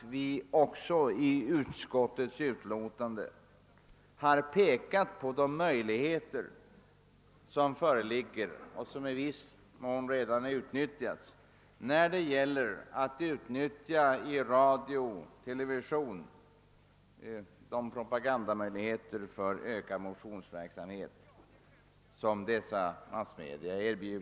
Vi har i utskottets utlåtande pekat på de möjligheter som föreligger och som i viss mån redan har utnyttjats att genom radio och television göra propaganda för ökad motionsverksamhet.